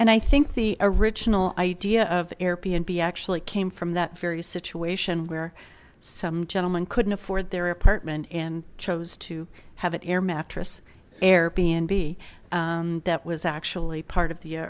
and i think the original idea of airbnb actually came from that very situation where some gentleman couldn't afford their apartment and chose to have an air mattress airbnb that was actually part of the